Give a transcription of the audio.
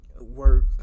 work